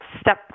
step